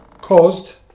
caused